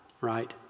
right